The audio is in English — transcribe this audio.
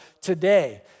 today